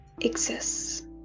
exists